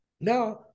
now